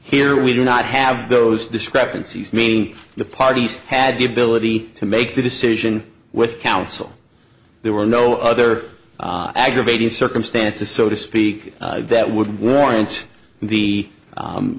here we do not have those discrepancies meaning the parties had the ability to make the decision with counsel there were no other aggravating circumstances so to speak week that would warrant the